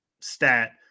stat